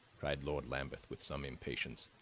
cried lord lambeth with some impatience.